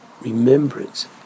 remembrance